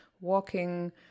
walking